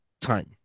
time